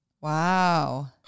Wow